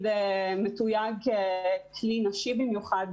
לא מתויג ככלי נשי במיוחד,